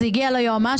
זה הגיע ליועמ"שית,